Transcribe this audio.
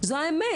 זו האמת.